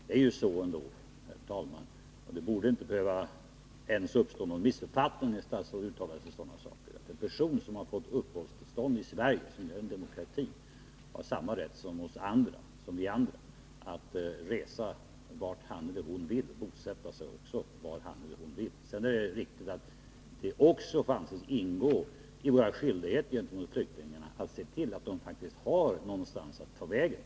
Herr talman! Det borde inte ens behöva uppstå någon missuppfattning när statsråd uttalar sig i sådana saker som att en person som har fått uppehållstillstånd i Sverige, som ju är en demokrati, har samma rätt som vi andra att resa vart han eller hon vill, och även att bosätta sig var han eller hon vill. Sedan är det riktigt att det också får anses ingå i våra skyldigheter gentemot flyktingarna att se till att de faktiskt har någonstans att ta vägen.